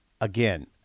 Again